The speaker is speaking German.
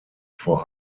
vor